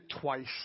twice